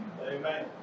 amen